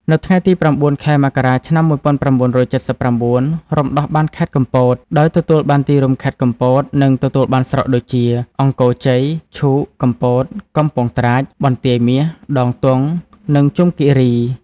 នៅថ្ងៃទី ០៩ ខែមករា ឆ្នាំ ១៩៧៩ រំដោះបានខេត្តកំពត ដោយទទួលបានទីរួមខេត្ត កំពត និងទទួលបានស្រុកដូចជា អង្គរជ័យ ឈូក កំពត កំពង់ត្រាច បន្ទាយមាស ដងទង់ និងជុំគីរី។